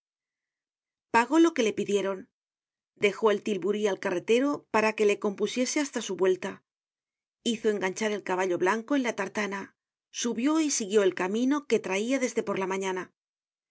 pagó lo que le pidieron dejó el tilburí al carretero para que le compusiese hasta su vuelta hizo enganchar el caballo blanco en la tartana subió y siguió él camino que traia desde por la mañana